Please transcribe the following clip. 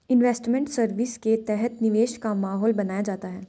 investment service के तहत निवेश का माहौल बनाया जाता है